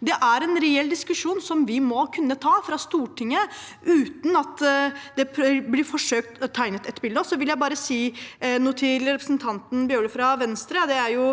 Det er en reell diskusjon som vi må kunne ta fra Stortinget, uten at det blir forsøkt tegnet et bilde. Så vil jeg bare si noe til representanten Bjørlo fra Venstre: Det er jo